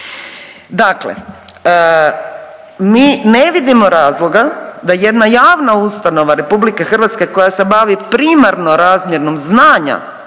Dakle, mi ne vidimo razloga da jedna javna ustanova RH koja se bavi primarno razmjenom znanja